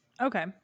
Okay